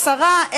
עשרה,